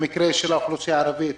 במקרה של האוכלוסייה הערבית,